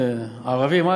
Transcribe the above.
הערבים,